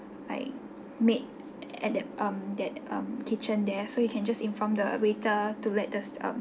like made at the um that um kitchen there so you can just inform the waiter to let us um